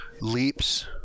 leaps